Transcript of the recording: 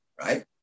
right